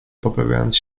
poprawiając